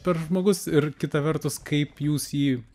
per žmogus ir kita vertus kaip jūs jį